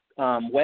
West